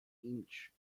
inch